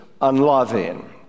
Unloving